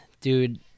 dude